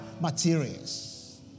materials